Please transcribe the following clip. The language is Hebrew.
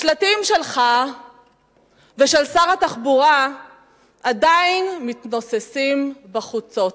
השלטים שלך ושל שר התחבורה עדיין מתנוססים בחוצות,